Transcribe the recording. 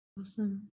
Awesome